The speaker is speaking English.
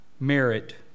merit